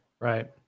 Right